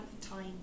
time